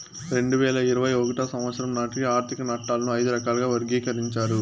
రెండు వేల ఇరవై ఒకటో సంవచ్చరం నాటికి ఆర్థిక నట్టాలను ఐదు రకాలుగా వర్గీకరించారు